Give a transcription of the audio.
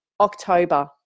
October